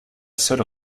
seule